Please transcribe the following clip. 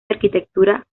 arquitectura